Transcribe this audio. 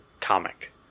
comic